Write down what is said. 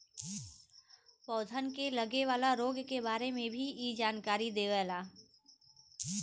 पौधन के लगे वाला रोग के बारे में भी इ जानकारी देवला